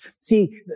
See